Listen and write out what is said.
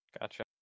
Gotcha